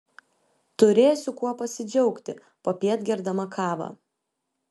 turėsiu kuo pasidžiaugti popiet gerdama kavą